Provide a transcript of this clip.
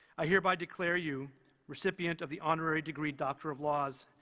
i hereby declare you recipient of the honorary degree doctor of laws,